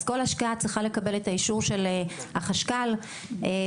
אז כל השקעה צריכה לקבל את האישור של החשכ"ל והיא